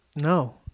No